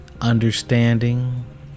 understanding